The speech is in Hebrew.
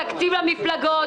תקציב המפלגות,